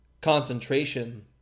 concentration